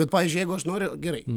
bet pavyzdžiui jeigu aš noriu gerai